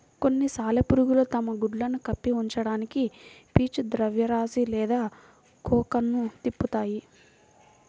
కొన్ని సాలెపురుగులు తమ గుడ్లను కప్పి ఉంచడానికి పీచు ద్రవ్యరాశి లేదా కోకన్ను తిప్పుతాయి